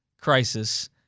crisis